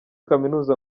kaminuza